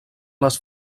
les